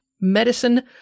medicine